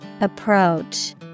Approach